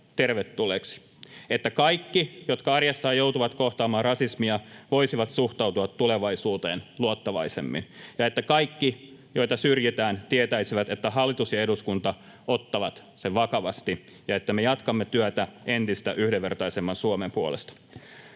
tervetulleita, että kaikki, jotka arjessaan joutuvat kohtaamaan rasismia, voisivat suhtautua tulevaisuuteen luottavaisemmin ja että kaikki, joita syrjitään, tietäisivät, että hallitus ja eduskunta ottavat sen vakavasti ja että me jatkamme työtä entistä yhdenvertaisemman Suomen puolesta.